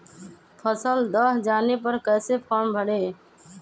फसल दह जाने पर कैसे फॉर्म भरे?